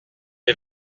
est